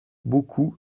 beaucoup